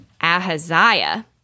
Ahaziah